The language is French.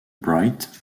bright